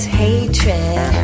hatred